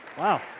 Wow